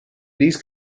these